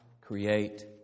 create